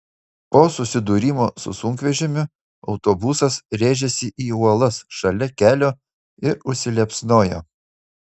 po susidūrimo su sunkvežimiu autobusas rėžėsi į uolas šalia kelio ir užsiliepsnojo